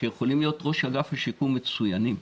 שיכולים להיות ראש אגף השיקום מצוינים.